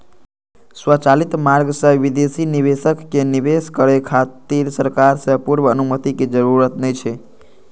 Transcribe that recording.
स्वचालित मार्ग सं विदेशी निवेशक कें निवेश करै खातिर सरकार सं पूर्व अनुमति के जरूरत नै छै